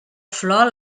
flor